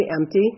empty